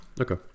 okay